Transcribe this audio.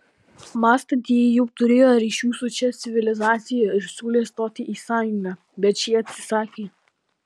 mąstantieji jau turėjo ryšių su šia civilizacija ir siūlė stoti į sąjungą bet šie atsisakė